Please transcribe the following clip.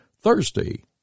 Thursday